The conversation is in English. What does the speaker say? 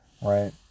Right